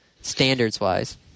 standards-wise